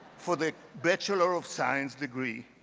for the bachelor of science degree,